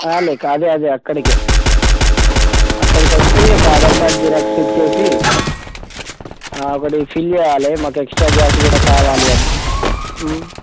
అండి అదే అదే అక్కడికే అక్కడికొచ్చి ఒక ఆధార్ కార్డు జిరాక్స్ ఇచ్చేసి ఒకటి ఫిల్ చెయ్యాలి మాకు ఎక్స్ట్రా గ్యాసు కూడా కావాలి అని